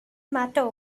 matter